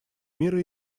мира